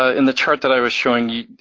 ah in the chart that i was showing you,